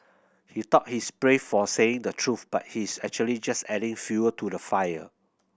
he thought he's brave for saying the truth but he's actually just adding fuel to the fire